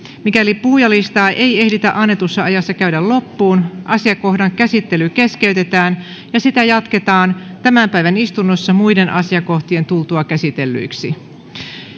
mikäli puhujalistaa ei ehditä annetussa ajassa käydä loppuun asiakohdan käsittely keskeytetään ja sitä jatketaan tämän päivän istunnossa muiden asiakohtien tultua käsitellyiksi